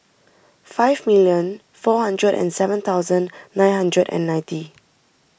five million four hundred and seven thousand nine hundred and ninety